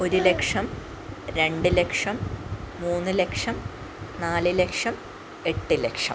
ഒരു ലക്ഷം രണ്ട് ലക്ഷം മൂന്ന് ലക്ഷം നാല് ലക്ഷം എട്ട് ലക്ഷം